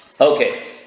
Okay